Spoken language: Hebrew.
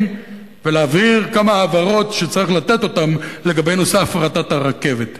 ולהבהיר כמה הבהרות שצריך לתת אותן לגבי נושא הפרטת הרכבת.